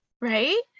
right